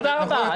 תודה רבה.